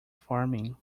farming